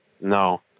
No